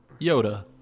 Yoda